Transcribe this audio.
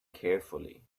carefully